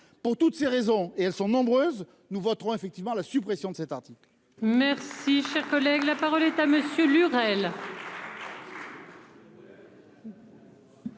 Pour toutes ces raisons et elles sont nombreuses, nous voterons effectivement la suppression de cet article.